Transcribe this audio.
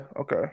okay